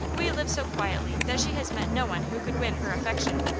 we live so quietly that she has met no one who could win her affection.